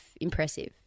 impressive